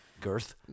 girth